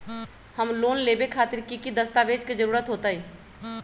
Home loan लेबे खातिर की की दस्तावेज के जरूरत होतई?